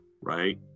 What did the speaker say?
right